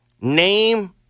name